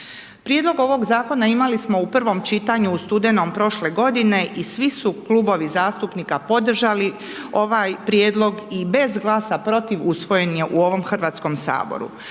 Prijedlog ovog zakona imali smo u prvom čitanju u studenom prošle godine i svi su klubovi zastupnika podržali ovaj prijedlog i bez glasa protiv usvojen je u ovom Hrvatskom saboru.